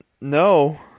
No